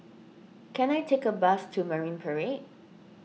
can I take a bus to Marine Parade